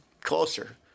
closer